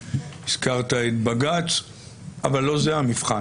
ואתה הזכרת את הבג"ץ אבל לא זה המבחן.